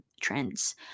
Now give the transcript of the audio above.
trends